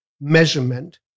measurement